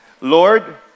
Lord